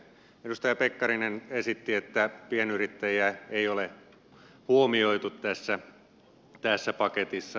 edustaja pekkarinen esitti että pienyrittäjiä ei ole huomioitu tässä paketissa